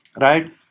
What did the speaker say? right